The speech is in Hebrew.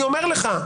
אני אומר לך,